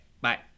bye